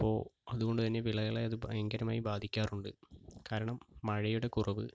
അപ്പോൾ അതുകൊണ്ട് തന്നെ വിളകളെ അത് ഭയങ്കരമായി ബാധിക്കാറുണ്ട് കാരണം മഴയുടെ കുറവ്